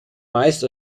meist